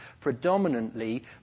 predominantly